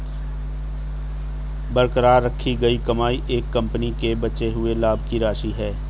बरकरार रखी गई कमाई एक कंपनी के बचे हुए लाभ की राशि है